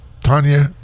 Tanya